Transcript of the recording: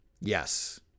Yes